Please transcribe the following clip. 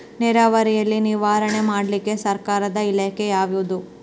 ನೇರಾವರಿಯಲ್ಲಿ ನಿರ್ವಹಣೆ ಮಾಡಲಿಕ್ಕೆ ಸರ್ಕಾರದ ಇಲಾಖೆ ಯಾವುದು?